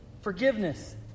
forgiveness